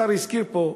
השר הזכיר פה,